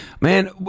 Man